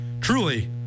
truly